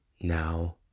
now